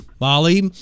Molly